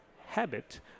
habit